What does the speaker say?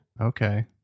Okay